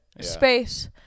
space